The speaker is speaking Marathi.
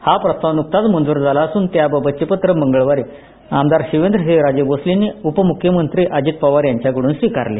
हा प्रस्ताव मंजूर झाला असून त्याबाबतचे पत्र मंगळवारी आमदार शिवेंद्रसिंहराजे भोसले यांनी उपमुख्यमंत्री अजित पवार यांच्या हस्ते स्विकारले